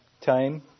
time